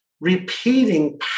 repeating